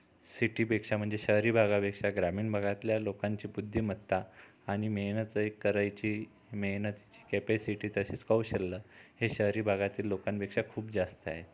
सीटीपेक्षा म्हणजे शहरी भागापेक्षा ग्रामीण भागातल्या लोकांची बुद्धिमत्ता आणि मेहनत वेक करायची मेहनतीची कॅपॅसीटी तसेच कौशल्य हे शहरी भागातील लोकांपेक्षा खूप जास्त आहे